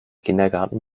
kindergarten